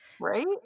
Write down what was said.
right